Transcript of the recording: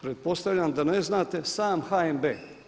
Pretpostavljam da ne znate, sam HNB.